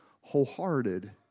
wholehearted